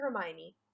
Hermione